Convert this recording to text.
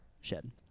Shed